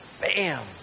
bam